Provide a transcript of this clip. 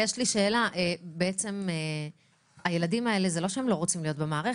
ויש לי שאלה: הילדים האלה זה לא שהם לא רוצים להיות במערכת.